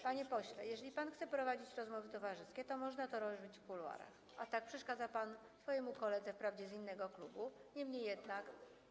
Panie pośle, jeżeli pan chce prowadzić rozmowy towarzyskie, to można to robić w kuluarach, a tak przeszkadza pan swojemu koledze, wprawdzie z innego klubu, niemniej jednak.